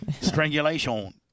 Strangulation